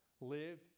Live